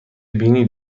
بینی